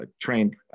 trained